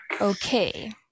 okay